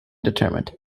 determined